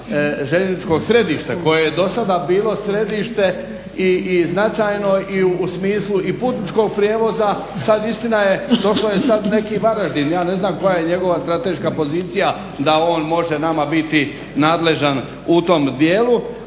željezničkog središta koje je do sada bilo središte i značajno i u smislu i putničkog prijevoza, sada istina je, došlo je sada neki Varaždin, ja ne znam koja je njegova strateška pozicija da on može nama biti nadležan u tom dijelu,